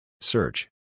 Search